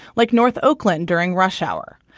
like north oakland during rush hour.